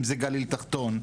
אם זה גליל תחתון,